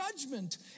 judgment